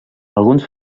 alguns